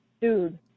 Dude